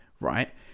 right